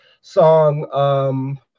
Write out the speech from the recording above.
song